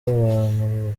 ahantu